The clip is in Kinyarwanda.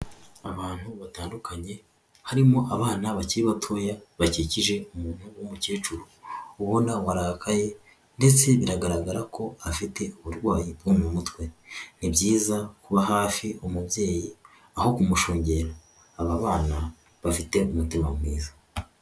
Abantu batandukanye harimo abana bakiri batoya bakikije umuntu w'umukecuru ubona warakaye ndetse bigaragara ko afite uburwayi bwo mu mutwe, ni byiza kuba hafi umubyeyi aho kumushungera aba bana bafite umutima mwiza.